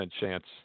chance